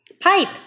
Pipe